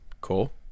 cool